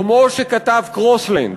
כמו שכתב קרוסלנד,